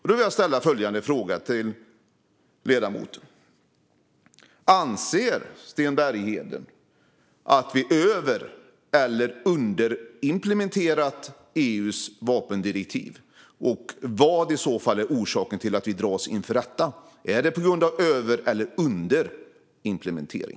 Då vill jag ställa följande fråga till ledamoten: Anser Sten Bergheden att vi har över eller underimplementerat EU:s vapendirektiv? Och vad är i så fall är orsaken till att vi dras inför rätta - över eller underimplementering?